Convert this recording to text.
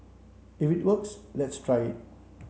if it works let's try it